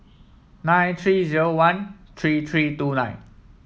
nine three zero one three three two nine